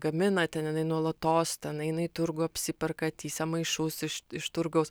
gamina ten jinai nuolatos ten eina į turgų apsiperka tįsia maišus iš iš turgaus